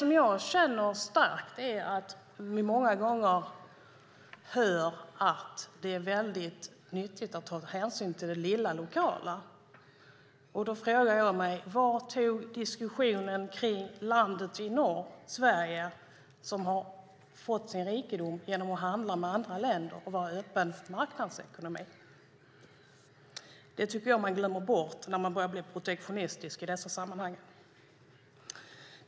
Många gånger hör vi att det är väldigt nyttigt att ta hänsyn till det lilla lokala. Då frågar jag mig: Vart tog diskussionen vägen kring landet i norr, Sverige, som har fått sin rikedom genom att handla med andra länder och vara öppet för marknadsekonomi? Det tycker jag att man glömmer bort när man börjar bli protektionistisk i dessa sammanhang.